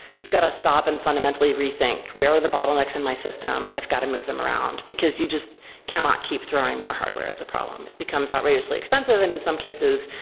you've got to stop and fundamentally rethink where are the bottlenecks in my system? i've got to move them around. because you just cannot keep throwing more hardware at the problem. it becomes outrageously expensive and in some cases,